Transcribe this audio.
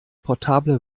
portable